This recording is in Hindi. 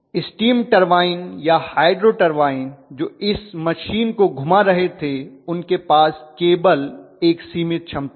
स्टीम टर्बाइन या हाइड्रो टर्बाइन जो इस मशीन को घुमा रहे थे उनके पास केवल एक सीमित क्षमता है